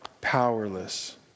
powerless